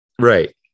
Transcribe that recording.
Right